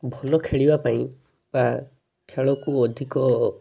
ଭଲ ଖେଳିବା ପାଇଁ ବା ଖେଳକୁ ଅଧିକ